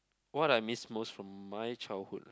what I miss most from my childhood